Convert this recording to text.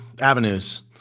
avenues